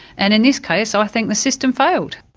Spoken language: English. and in this case, i think the system failed.